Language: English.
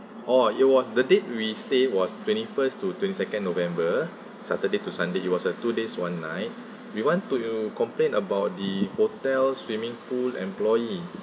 oh it was the date we stayed was twenty first to twenty second november saturday to sunday it was a two days one night we want to you complain about the hotel swimming pool employee